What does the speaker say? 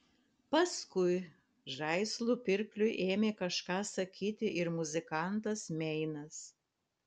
paskui žaislų pirkliui ėmė kažką sakyti ir muzikantas meinas